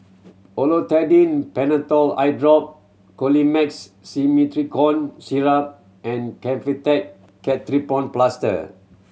Olopatadine Patanol Eyedrop Colimix Simethicone Syrup and Kefentech Ketoprofen Plaster